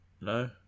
No